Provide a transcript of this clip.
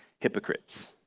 hypocrites